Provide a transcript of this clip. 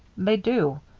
they do.